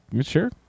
Sure